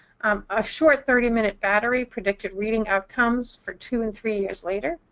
um a short thirty minute battery predicted reading outcomes for two and three years later.